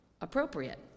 appropriate